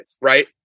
right